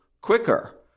quicker